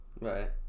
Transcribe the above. Right